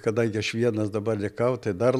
kadangi aš vienas dabar likau tai dar